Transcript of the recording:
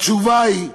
התשובה היא,